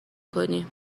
کنی